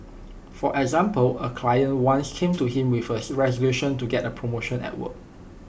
for example A client once came to him with A resolution to get A promotion at work